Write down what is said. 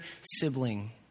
sibling